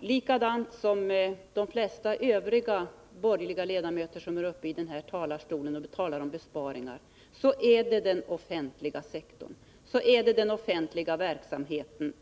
liksom de flesta övriga borgerliga ledamöter som i den här talarstolen talar om besparingar, riktar in sig på den offentliga verksamheten.